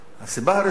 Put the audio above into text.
הסיבה הראשונה,